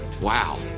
Wow